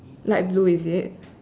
light blue is it